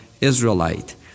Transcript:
Israelite